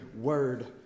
word